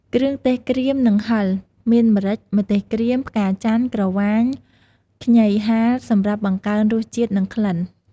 គ្រឿងទេសក្រៀម និងហឹរ មានម្រេច ម្ទេសក្រៀម ផ្កាច័ន្ទ ក្រវាញ ខ្ញីហាល សម្រាប់បង្កើនរសជាតិ និងក្លិន។